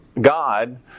God